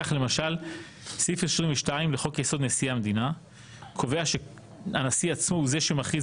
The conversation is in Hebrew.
כך למשל סעיף 22 לחוק יסוד: נשיא המדינה קובע שהנשיא עצמו הוא זה שמכריז